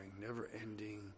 never-ending